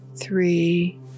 three